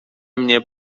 mnie